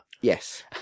Yes